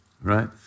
right